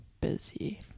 busy